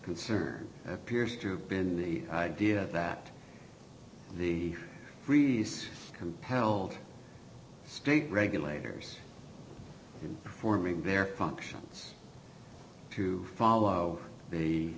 concern appears to have been the idea that the freeze compelled state regulators in forming their functions to follow the